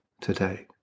today